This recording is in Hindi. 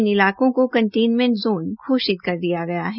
इन इलाकों को कंटेनमेंट जोन घोषित किया गया है